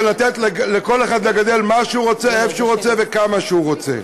ולתת לכל אחד לגדל מה שהוא רוצה ואיפה שהוא רוצה וכמה שהוא רוצה.